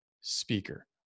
speaker